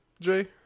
jay